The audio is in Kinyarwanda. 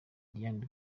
diane